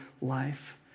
life